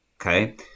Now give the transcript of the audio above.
Okay